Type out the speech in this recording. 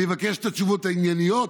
אני מבקש את התשובות הענייניות.